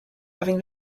having